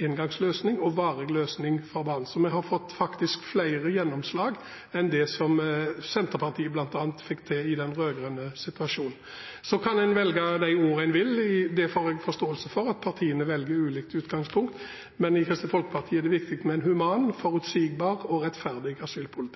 engangsløsning for lengeværende asylbarn, og vi har fått på plass en varig ordning som sikrer sterkere vektlegging av barns situasjon. Så vi har faktisk fått flere gjennomslag enn hva bl.a. Senterpartiet fikk til i den rød-grønne regjeringen. Så kan en velge de ordene en vil – jeg har forståelse for at partiene velger ord ut fra ulikt utgangspunkt. Men i Kristelig Folkeparti er det viktig med en human, forutsigbar og